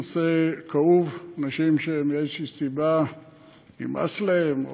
זה נושא כאוב: אנשים שמאיזושהי סיבה נמאס להם,